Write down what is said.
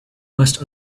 must